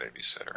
babysitter